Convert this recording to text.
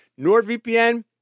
NordVPN